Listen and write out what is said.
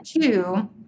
two